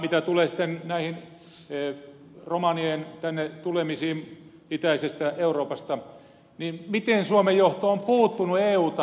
mitä tulee sitten näihin romanien tänne tulemisiin itäisestä euroopasta niin miten suomen johto on puuttunut eu tasolla näihin asioihin